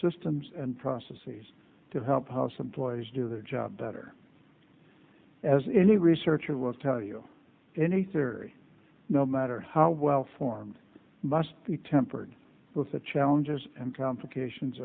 systems and processes to help how some players do their job better as any researcher will tell you any theory no matter how well formed must be tempered with the challenges and complications